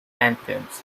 anthems